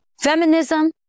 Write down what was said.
Feminism